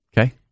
Okay